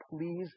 please